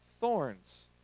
thorns